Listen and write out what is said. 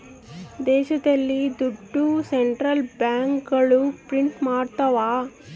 ದೇಶದಲ್ಲಿ ದುಡ್ಡು ಸೆಂಟ್ರಲ್ ಬ್ಯಾಂಕ್ಗಳು ಪ್ರಿಂಟ್ ಮಾಡ್ತವ